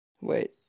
Wait